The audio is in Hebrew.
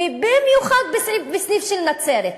ובמיוחד בסניף של נצרת.